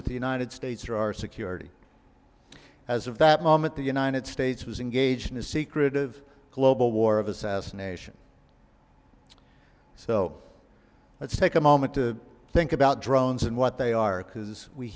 with the united states or our security as of that moment the united states was engaged in a secret of global war of assassination so let's take a moment to think about drones and what they are because we